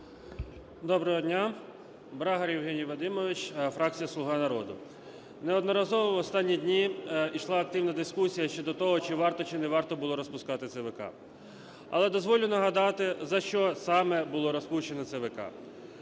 Доброго дня. Брагар Євгеній Вадимович, фракція "Слуга народу". Неодноразово в останні дні йшла активна дискусія щодо того чи варто, чи не варто було розпускати ЦВК. Але дозволю нагадати, за що саме було розпущена ЦВК.